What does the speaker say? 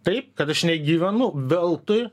taip kad aš negyvenu veltui